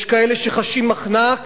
יש כאלה שחשים מחנק